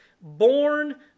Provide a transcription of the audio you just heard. born